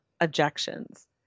objections